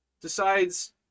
decides